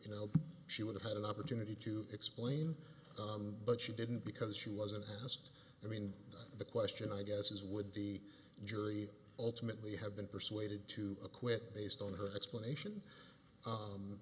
you know she would have had an opportunity to explain but she didn't because she wasn't asked i mean the question i guess is would the jury ultimately have been persuaded to acquit based on her explanation